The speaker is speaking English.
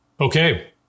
okay